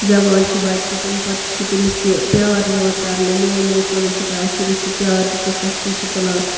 زٮ۪وان چھُ بَچہِ تَمہِ پَتہٕ تہِ چھُ تٔمِس پیار یِوان کَرنہٕ مول موج پَنُن چھُ کَران شُرِس سُہ پیار تیٖژاہ سَختی چھِ تُلان